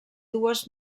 dues